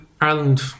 Ireland